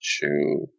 two